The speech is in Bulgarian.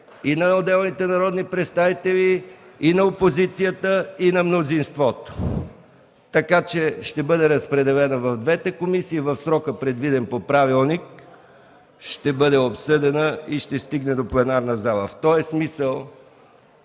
и на отделните народни представители, и на опозицията, и на мнозинството. Така че ще бъде разпределена в двете комисии. В срока, предвиден по правилника, ще бъде обсъдена и ще стигне до пленарната зала. В този смисъл